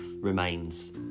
remains